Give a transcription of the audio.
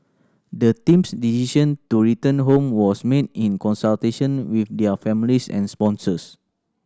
the team's decision to return home was made in consultation with their families and sponsors